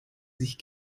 sich